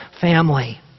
family